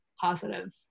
positive